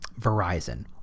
Verizon